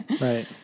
Right